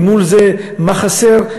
ומול זה מה חסר,